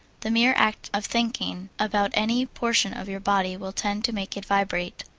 the mere act of thinking about any portion of your body will tend to make it vibrate.